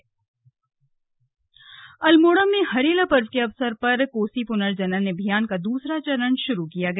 slug Kosi पुनर्जनन अल्मोड़ में हरेला पर्व के अवसर पर कोसी पुनर्जनन अभियान का दूसरा चरण शुरू किया गया